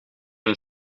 een